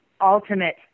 ultimate